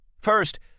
First